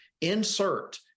insert